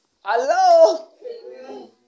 Hello